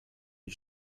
die